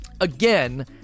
again